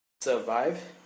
survive